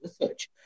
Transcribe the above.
research